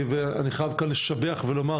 ואני חייב לשבח ולומר,